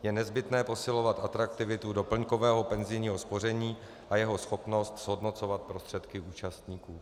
Je nezbytné posilovat atraktivitu doplňkového penzijního spoření a jeho schopnost zhodnocovat prostředky účastníků.